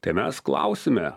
tai mes klausime